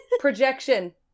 Projection